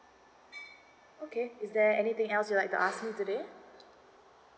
okay is there anything else you'd like to ask me today